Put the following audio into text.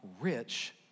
rich